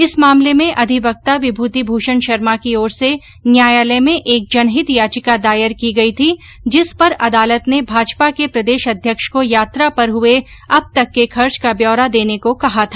इस मामले में अधिवक्ता विभूतिभूषण शर्मा की ओर से न्यायालय में एक जनहित याचिका दायर की गई थी जिस पर अदालत ने भाजपा के प्रदेशाध्यक्ष को यात्रा पर हुए अब तक के खर्च का ब्यौरा देने को कहा था